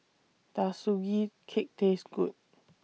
Does Sugee Cake Taste Good